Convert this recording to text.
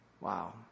Wow